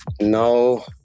No